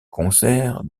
concerts